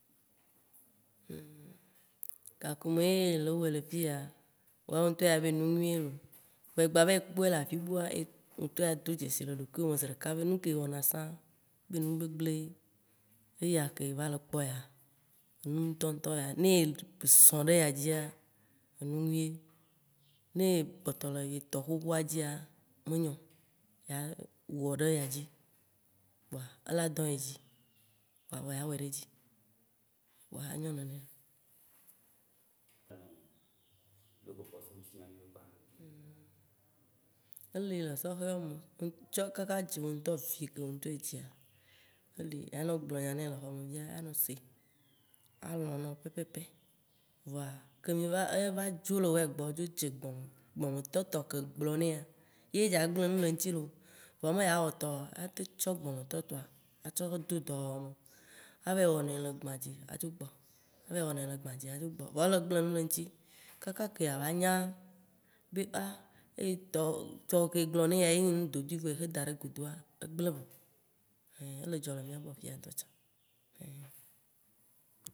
Gakeme ye ele wɔe le fiya, wò ya wò ŋtɔ, ya be enu nyui ye looo, vɔ ye gba va yi kpɔe le afibua, wò ŋtɔ adoe dzesi le ɖokuiwo me zi ɖeka be, nu ke ye wɔna sã, be nu gbegble ye, eya ke ye va le kpɔ ya, enu ŋtɔŋtɔe ya, ne ye zɔ̃ ɖe eya dzia, enu nyui ye. Ne ye kpɔtɔ le ye tɔ xoxoa dzia, menyo o. Ya wɔ ɖe eya dzi, ela dɔ̃ ye dzi, kpoa evɔ yea wɔe ɖe edzi kpoa enyo nenea.. Eli le sɔhɛwo me, tsɔ kaka dze evi ke wò ŋtɔ edzia, eli, ya nɔ gblɔ nya nɛ le xɔme fia, alɔ̃ nɔ pɛpɛpɛ, voa, ke mì va eva dzo le gbɔwò dzo dze gbɔmea, gbɔmetɔ tɔ ke egblɔ̃ nɛa, ye dza gble nu le eŋuti looo, vɔa me ya wɔ tɔwòa o, atem tsɔ gbɔmetɔ tɔa, atsɔ de dɔwɔna me, ava yi wɔ nɛ le gbã dzi adzo gbɔ, ava yi wɔnɛ le gbã dzi adzo gbɔ vɔ ele gble nu le eŋuti. Kaka ke ava nya, be tɔwò ke egblɔ̃ ne yia ye nye nu dodoe vɔ ye tsɔ da ɖe godoa, egblĩ vɔ. Ein, ele dzɔ le mìagbɔ fiya ŋtɔ tsã